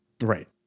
Right